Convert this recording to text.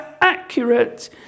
accurate